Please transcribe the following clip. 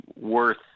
worth